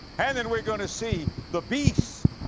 and then we're going to see the beast